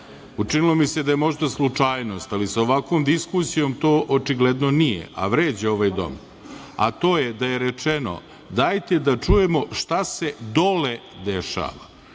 Učinilo mi se da je možda slučajnost, ali sa ovakvom diskusijom, to očigledno nije, a vređa ovaj dom, a to je da je rečeno - dajte da čujemo šta se dole dešava.